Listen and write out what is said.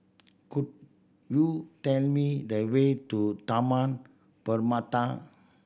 could you tell me the way to Taman Permata